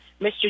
Mr